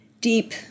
deep